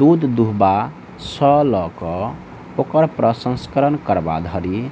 दूध दूहबा सॅ ल क ओकर प्रसंस्करण करबा धरि